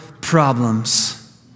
problems